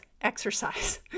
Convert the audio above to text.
exercise